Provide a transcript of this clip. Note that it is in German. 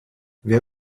wer